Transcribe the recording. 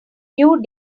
few